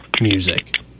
music